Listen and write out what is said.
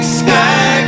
sky